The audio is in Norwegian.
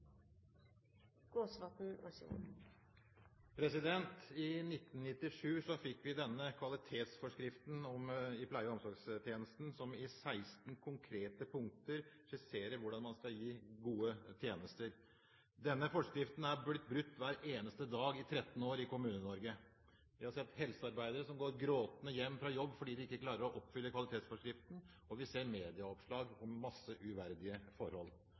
omsorgstjenesten, som i 16 konkrete punkter skisserer hvordan man skal gi gode tjenester. Denne forskriften er blitt brutt hver eneste dag i 13 år i Kommune-Norge. Vi har sett helsearbeidere som har gått gråtende hjem fra jobb, fordi de ikke klarer å oppfylle kvalitetsforskriften, og vi ser medieoppslag om mange uverdige forhold.